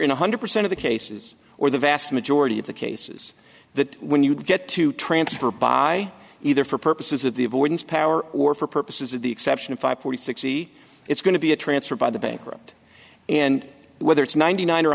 one hundred percent of the cases or the vast majority of the cases that when you get to transfer by either for purposes of the avoidance power or for purposes of the exception of five hundred sixty it's going to be a transfer by the bankrupt and whether it's ninety nine or